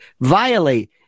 violate